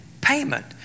payment